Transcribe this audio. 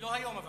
לא היום.